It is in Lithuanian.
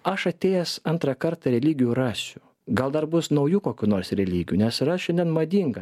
aš atėjęs antrą kartą religijų rasiu gal dar bus naujų kokių nors religijų nes yra šiandien madinga